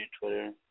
Twitter